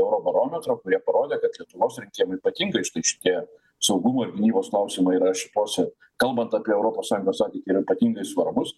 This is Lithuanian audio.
eurobarometro kurie parodė kad lietuvos rinkėjam ypatingai štai šitie saugumo ir gynybos klausimai yra šituose kalbant apie europos sąjungos yra ypatingai svarbūs